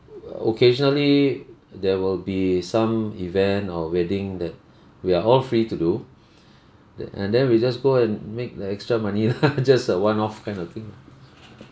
occasionally there will be some event or wedding that we are all free to do that and then we just go and make the extra money lah just a one off kind of thing lah